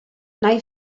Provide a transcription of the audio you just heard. nai